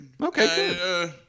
Okay